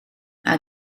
mae